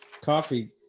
coffee